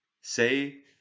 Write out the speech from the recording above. say